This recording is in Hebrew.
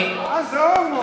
עזוב, נו.